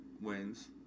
wins